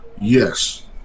Yes